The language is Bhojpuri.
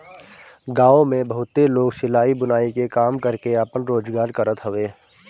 गांव में बहुते लोग सिलाई, बुनाई के काम करके आपन रोजगार करत हवे